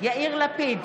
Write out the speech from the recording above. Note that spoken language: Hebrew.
יאיר לפיד,